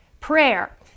prayer